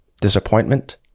disappointment